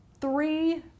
three